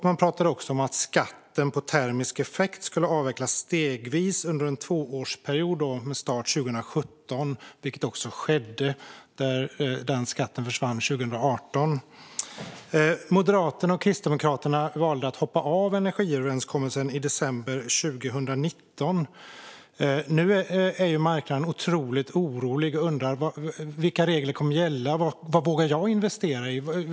Man talade också om att skatten på termisk effekt skulle avvecklas stegvis under en tvåårsperiod med start 2017, vilket också skedde. Den skatten försvann 2018. Moderaterna och Kristdemokraterna valde att hoppa av energiöverenskommelsen i december 2019. Nu är marknaden otroligt orolig och undrar vilka regler som kommer att gälla. Vad vågar jag investera i?